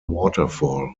waterfall